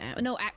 No